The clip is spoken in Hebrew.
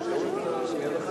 הוא לא עולה 19,